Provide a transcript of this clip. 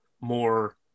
more